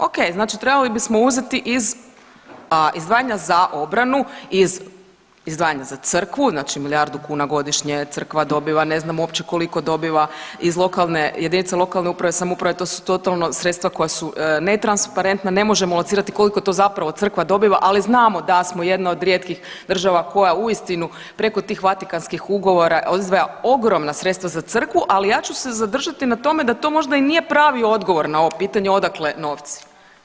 Ok, znači trebali bismo uzeti iz izdvajanja za obranu, iz izdvajanja za crkvu znači milijardu kunu crkva dobiva, ne znamo uopće koliko dobiva iz lokalne, jedinica lokalne uprave i samouprave, to su totalno sredstva koja su netransparentna, ne možemo locirati koliko to zapravo crkva dobiva, ali znamo da smo jedna od rijetkih država koja uistinu preko tih vatikanskih ugovora izdvaja ogromna sredstva za crkvu, ali ja ću se zadržati na tome da to možda i nije pravi odgovor na ovo pitanje odakle novci.